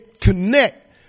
connect